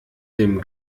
dem